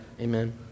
Amen